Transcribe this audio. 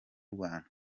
rwanda